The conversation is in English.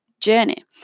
journey